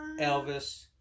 Elvis